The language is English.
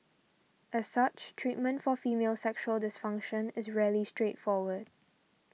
as such treatment for female sexual dysfunction is rarely straightforward